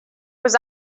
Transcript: was